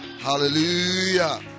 hallelujah